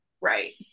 Right